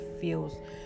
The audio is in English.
feels